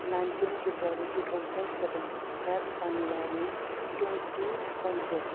nineteen February two thousand seven five January twenty फन्द्र